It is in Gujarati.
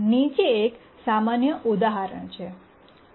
નીચે એક સામાન્ય ઉદાહરણ છે